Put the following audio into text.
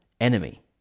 enemy